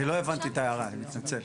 אני לא הבנתי את ההערה, אני מתנצל.